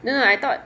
no no I thought